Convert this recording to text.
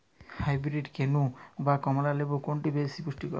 Hybrid কেনু না কমলা লেবু কোনটি বেশি পুষ্টিকর?